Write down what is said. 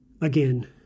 again